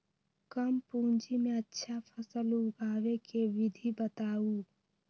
कम पूंजी में अच्छा फसल उगाबे के विधि बताउ?